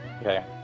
Okay